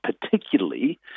particularly